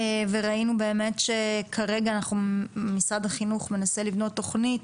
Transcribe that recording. וראינו באמת שכרגע משרד החינוך מנסה לבנות תוכנית.